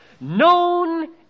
known